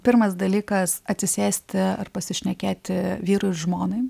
pirmas dalykas atsisėsti ar pasišnekėti vyrui ir žmonai